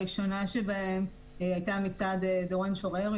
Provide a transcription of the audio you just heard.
הראשונה שבהן הייתה מצד דורון שורר,